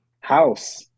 House